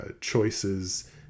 choices